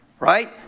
Right